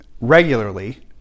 regularly